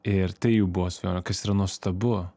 ir tai jų buvo sfera kas yra nuostabu